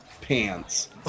pants